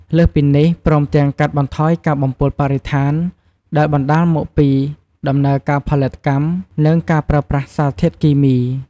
លើសពីនេះ ព្រមទាំងកាត់បន្ថយការបំពុលបរិស្ថានដែលបណ្ដាលមកពីដំណើរការផលិតកម្ម និងការប្រើប្រាស់សារធាតុគីមី។